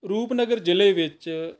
ਰੂਪਨਗਰ ਜ਼ਿਲ੍ਹੇ ਵਿੱਚ